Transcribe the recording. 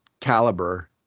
caliber